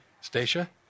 Stacia